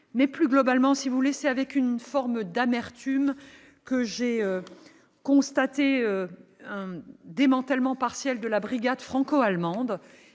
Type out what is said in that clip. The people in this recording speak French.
bien. Plus globalement, c'est avec une forme d'amertume que j'ai constaté le démantèlement partiel de la brigade franco-allemande.